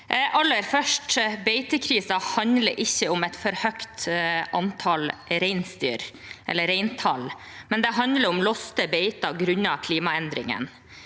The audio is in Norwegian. Beitekrisen handler ikke om et for høyt reintall; det handler om låste beiter grunnet klimaendringene.